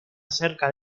acerca